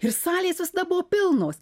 ir salės visada buvo pilnos